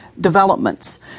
developments